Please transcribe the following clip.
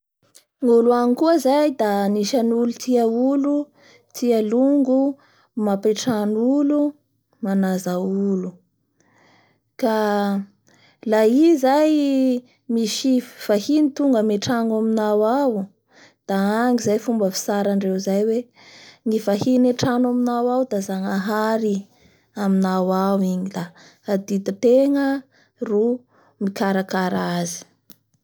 Ny olo any zany tia miantra olo mamapiatrano olo misy fomba fitsara ndreo zay hoe la eo misy olo antrano ao; antrangotenga ao dafa Andriamanitra zay mipetraky ao?